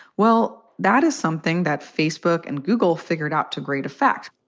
well, that is something that facebook and google figured out to great effect.